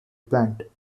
plant